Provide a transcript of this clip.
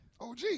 OG